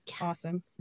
awesome